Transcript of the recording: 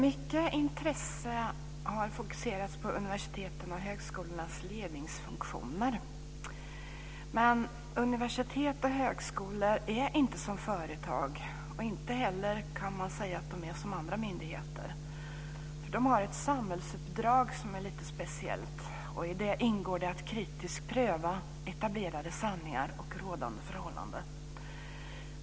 Mycket intresse har fokuserats på universitetens och högskolornas ledningsfunktioner. Men universitet och högskolor är inte som företag. Inte heller kan man säga att de är som andra myndigheter, för de har ett samhällsuppdrag som är lite speciellt. I det ingår att kritiskt pröva etablerade sanningar och rådande förhållanden.